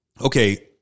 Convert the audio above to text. okay